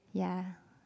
yeah